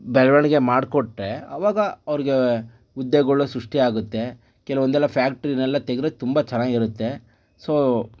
ಬೆಳವಣಿಗೆ ಮಾಡಿಕೊಟ್ಟರೆ ಅವಾಗ ಅವರಿಗೆ ಉದ್ಯೋಗಗಳು ಸೃಷ್ಟಿ ಆಗತ್ತೆ ಕೆಲವೊಂದೆಲ್ಲ ಫ್ಯಾಕ್ಟ್ರಿನೆಲ್ಲ ತೆಗೆದ್ರೆ ತುಂಬ ಚೆನ್ನಾಗಿರತ್ತೆ ಸೊ